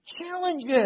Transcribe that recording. challenges